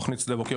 תוכנית שדה בוקר,